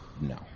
No